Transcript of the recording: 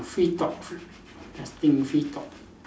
free talk nothing free talk